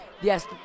Yes